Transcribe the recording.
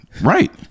right